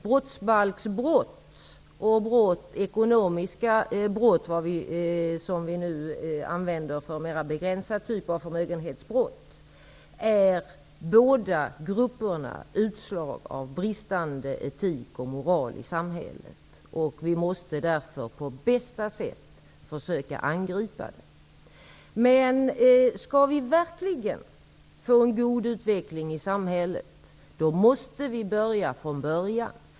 Brottsbalksbrott och ekonomiska brott, en benämning som vi nu använder för en mera begränsad typ av förmögenhetsbrott, är båda utslag av bristande etik och moral i samhället. Vi måste därför på bästa sätt försöka angripa dem. Men om vi verkligen skall få en god utveckling i samhället måste vi börja från början.